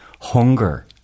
hunger